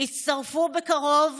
נשמת אפה של הדמוקרטיה,